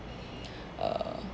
err